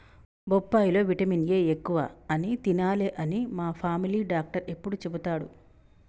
బొప్పాయి లో vitamin A ఎక్కువ అని తినాలే అని మా ఫామిలీ డాక్టర్ ఎప్పుడు చెపుతాడు